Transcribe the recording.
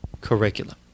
curriculum